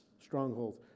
Strongholds